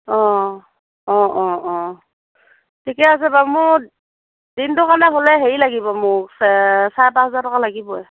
অ অ অ অ ঠিকে আছে বাৰু মোৰ দিনটো কাৰণে হ'লে হেৰি লাগিব মোক চাৰে পাঁচ হেজাৰ টকা লাগিবই